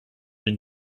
and